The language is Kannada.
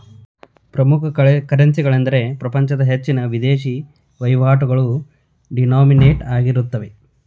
ಪ್ರಮುಖ ಕರೆನ್ಸಿಗಳೆಂದರೆ ಪ್ರಪಂಚದ ಹೆಚ್ಚಿನ ವಿದೇಶಿ ವಹಿವಾಟುಗಳು ಡಿನೋಮಿನೇಟ್ ಆಗಿರುತ್ತವೆ